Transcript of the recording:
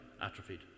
atrophied